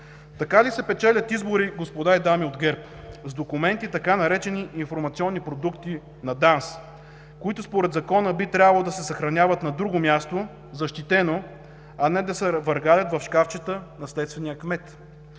Така ли се печелят избори, господа и дами от ГЕРБ, с документи, така наречени „информационни продукти на ДАНС“, които според закона би трябвало да се съхраняват на друго защитено място, а не да се въргалят в шкафчета на следствения кмет?!